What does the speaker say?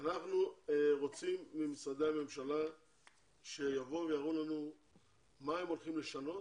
אנחנו רוצים שמשרדי הממשלה יבואו ויראו לנו מה הם הולכים לשנות.